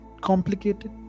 complicated